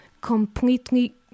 completely